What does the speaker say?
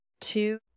two